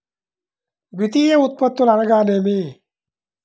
ద్వితీయ ఉత్పత్తులు అనగా నేమి?